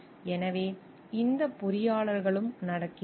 எனவே இந்த பொறியாளர்களும் நடக்கிறது